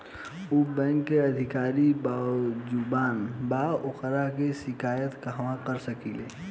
उ बैंक के अधिकारी बद्जुबान बा ओकर शिकायत कहवाँ कर सकी ले